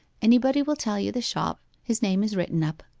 anybody will tell you the shop his name is written up